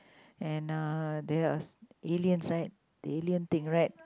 and uh there are aliens right the alien thing right